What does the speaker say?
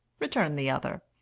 returned the other.